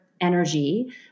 Energy